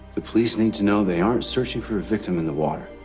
the police need to know they aren't searching for a victim in the water.